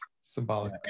symbolic